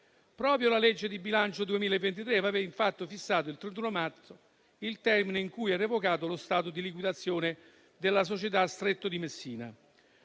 Proprio la legge di bilancio 2023 aveva infatti fissato al 31 marzo il termine in cui è revocato lo stato di liquidazione della società Stretto di Messina.